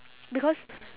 because